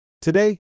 Today